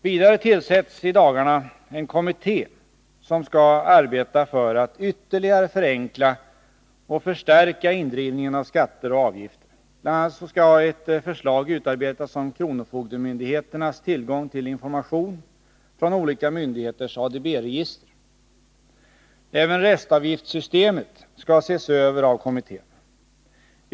Vidare tillsätts i dagarna en kommitté som skall arbeta för att ytterligare förenkla och förstärka indrivningen av skatter och avgifter. Bl. a. skall ett förslag utarbetas om kronofogdemyndigheternas tillgång till information från olika myndigheters ADB-register. Även restavgiftssystemet skall ses över av kommittén.